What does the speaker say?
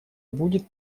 будет